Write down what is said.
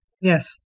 Yes